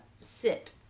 sit